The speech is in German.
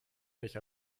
nicht